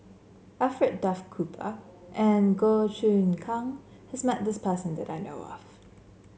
Alfred Duff Cooper and Goh Choon Kang has met this person that I know of